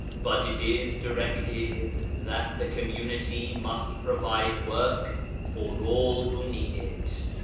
but it is directed that the com munity must provide work for all who need it.